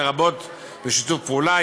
לרבות שיתוף פעולה,